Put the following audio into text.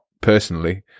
personally